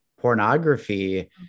pornography